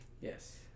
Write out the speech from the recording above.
Yes